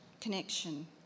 connection